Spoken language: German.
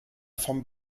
vom